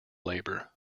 labour